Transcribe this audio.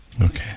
Okay